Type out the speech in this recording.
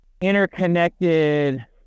interconnected